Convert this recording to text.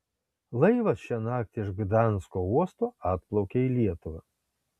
laivas šią naktį iš gdansko uosto atplaukė į lietuvą